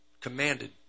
commanded